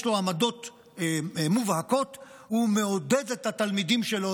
לו עמדות מובהקות מעודד את התלמידים שלו,